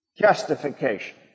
justification